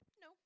No